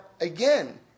again